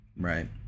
Right